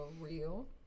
real